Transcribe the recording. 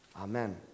Amen